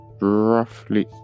Roughly